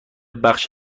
بخش